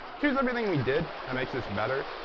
here's everything we did that makes this better.